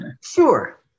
Sure